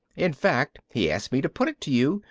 in fact, he asked me to put it to you.